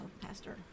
Pastor